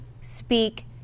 speak